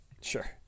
Sure